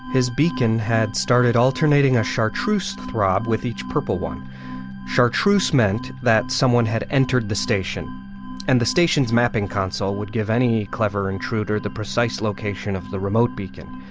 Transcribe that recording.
his beacon had started alternating a sharp truce throb with each purple one short truce meant that someone had entered the station and the station's mapping console would give any clever intruder the precise location of the remote beacon.